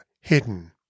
hidden